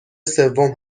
سوم